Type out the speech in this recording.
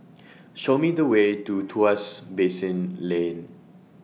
Show Me The Way to Tuas Basin Lane